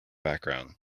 background